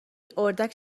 اردک